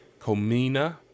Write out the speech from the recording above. Comina